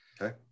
okay